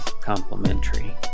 complimentary